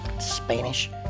Spanish